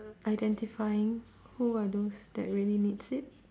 identifying who are those that really needs it